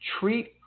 Treat